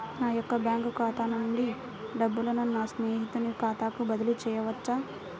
నా యొక్క బ్యాంకు ఖాతా నుండి డబ్బులను నా స్నేహితుని ఖాతాకు బదిలీ చేయవచ్చా?